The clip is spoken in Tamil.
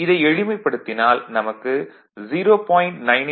இதை எளிமைப்படுத்தினால் நமக்கு 0